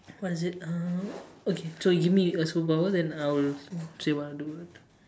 what is it uh okay so give me a superpower then I'll see what I'll do with it